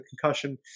concussion